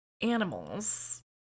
animals